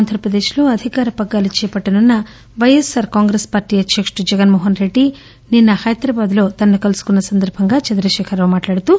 ఆంధ్రప్రదేశ్ లో అధికార పగ్గాలు చేపట్లనున్న పైఎస్సార్ కాంగ్రెస్ పార్టీ అధ్యకుడు జగన్మోహన్ రెడ్డి నిన్స్ హైదరాబాద్ లో తనను కలిసిన సందర్భంగా చంద్రకేఖర్ రావు మాట్లాడుతూ